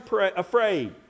afraid